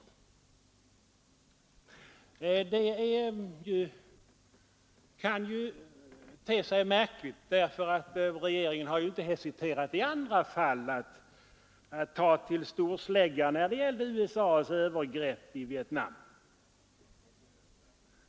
Att detta inte gjorts kan te sig märkligt därför att regeringen i andra fall ju inte har hesiterat att ta till storsläggan, exempelvis när det gällde USA:s övergrepp i Vietnam.